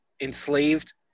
enslaved